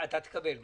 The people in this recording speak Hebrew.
אתה תקבל.